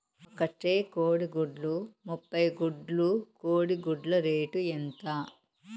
ఒక ట్రే కోడిగుడ్లు ముప్పై గుడ్లు కోడి గుడ్ల రేటు ఎంత?